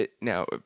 now